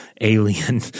alien